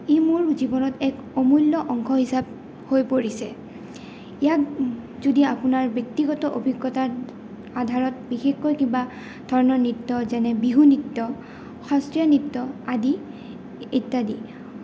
ই মোৰ জীৱনত এক অমূল্য অংশ হিচাপ হৈ পৰিছে ইয়াক যদি আপোনাৰ ব্যক্তিগত অভিজ্ঞতাৰ আধাৰত বিশেষকৈ কিবা ধৰণৰ নৃত্য যেনে বিহু নৃত্য শাস্ত্ৰীয় নৃত্য আদি ইত্যাদি